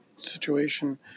situation